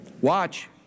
watch